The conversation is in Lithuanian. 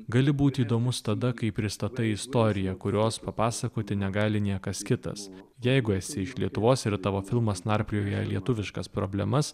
gali būti įdomus tada kai pristatai istoriją kurios papasakoti negali niekas kitas jeigu esi iš lietuvos ir tavo filmas narplioja lietuviškas problemas